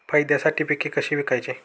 फायद्यासाठी पिके कशी विकायची?